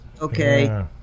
okay